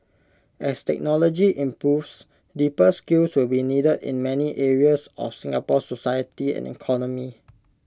as technology improves deeper skills will be needed in many areas of Singapore's society and economy